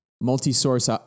Multi-source